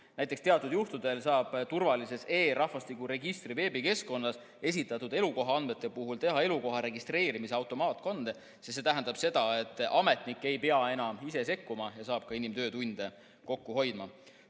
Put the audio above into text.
Näiteks, teatud juhtudel saab turvalises e-rahvastikuregistri veebikeskkonnas esitatud elukoha andmete puhul teha elukoha registreerimise automaatkande. See tähendab seda, et ametnik ei pea enam ise sekkuma, ja nii saab ka inimtöötunde kokku hoida.